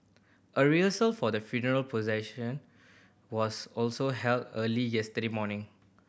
a rehearsal for the funeral procession was also held early yesterday morning